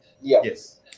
Yes